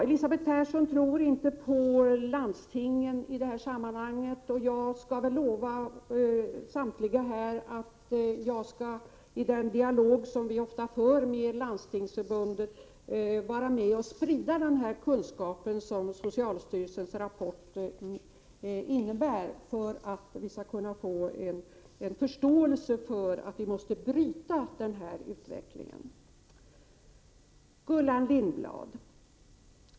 Elisabeth Persson tror inte på landstingen i det här sammanhanget, och jag kan lova samtliga här att jag i den dialog som vi ofta för med Landstingsförbundet skall bidra till att sprida budskapet i socialstyrelsens rapport att det måste skapas en opinion för att bryta den utveckling som pågår. Gullan Lindblad!